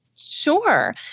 Sure